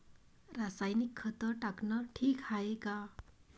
रासायनिक खत टाकनं ठीक हाये का?